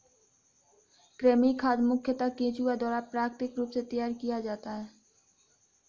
कृमि खाद मुखयतः केंचुआ द्वारा प्राकृतिक रूप से तैयार किया जाता है